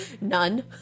None